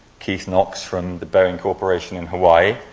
kieth knox from the boeing corporation in hawaii,